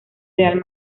real